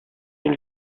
une